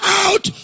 out